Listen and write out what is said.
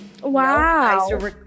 Wow